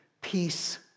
peace